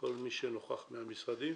כל מי שנוכח מהמשרדים.